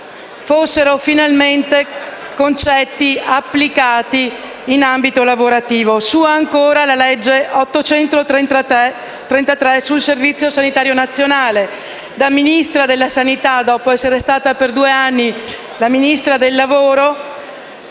fosse finalmente applicato in ambito lavorativo. Sua ancora è la legge n. 833 del 1978 sul Servizio sanitario nazionale: da Ministra della sanità, dopo essere stata per due anni Ministra del lavoro,